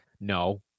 No